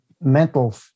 mental